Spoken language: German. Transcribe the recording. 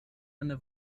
eine